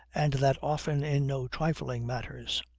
and that often in no trifling matters.